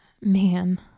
man